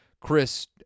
Chris